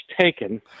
taken